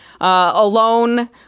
alone